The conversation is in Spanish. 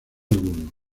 alguno